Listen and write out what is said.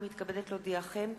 אני מתכבדת להודיעכם,